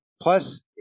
plus